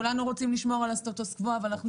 כולנו רוצים לשמור על הסטטוס קוו אבל אנחנו